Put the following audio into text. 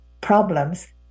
problems